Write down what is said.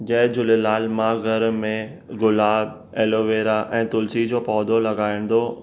जय झूलेलाल मां घर में गुलाब एलोवेरा ऐं तुलसी जो पौधो लगाईंदो